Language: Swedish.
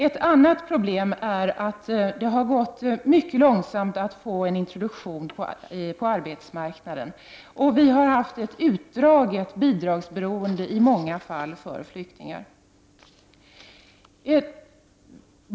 Ett annat problem är att det har gått mycket långsamt när det gällt att få en introduktion på arbetsmarknaden. Det har i många fall varit ett utdraget bidragsberoende för flyktingar.